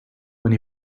when